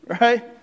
right